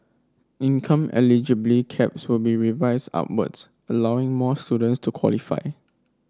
income eligibility caps will be revised upwards allowing more students to qualify